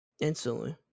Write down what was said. Instantly